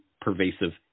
pervasive